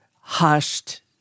hushed